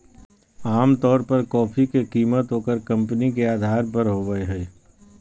आमतौर पर कॉफी के कीमत ओकर कंपनी के अधार पर होबय हइ